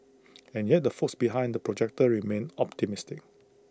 and yet the folks behind the projector remain optimistic